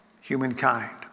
humankind